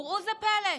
וראו זה פלא,